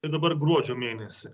ir dabar gruodžio mėnesį